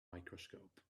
microscope